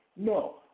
No